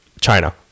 china